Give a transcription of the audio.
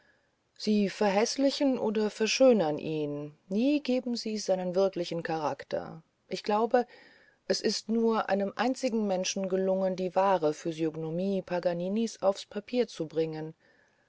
sie verhäßlichen oder verschönern ihn nie geben sie seinen wirklichen charakter ich glaube es ist nur einem einzigen menschen gelungen die wahre physiognomie paganinis aufs papier zu bringen